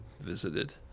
visited